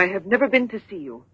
i have never been to see you